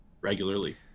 regularly